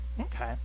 okay